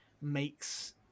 makes